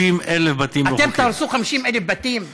50,000 בתים לא חוקיים.